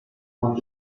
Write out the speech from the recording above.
want